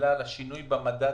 בגלל השינוי במדד,